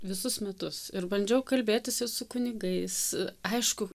visus metus ir bandžiau kalbėtis ir su kunigais aišku